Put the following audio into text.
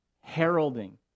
heralding